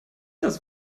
das